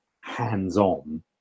hands-on